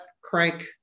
crank